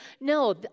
No